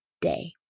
day